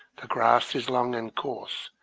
the grass is long and coarse,